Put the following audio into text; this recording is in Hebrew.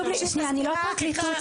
אני לא הפרקליטות.